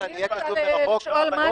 נכון.